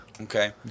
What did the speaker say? Okay